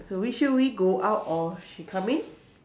so we should we go out or she coming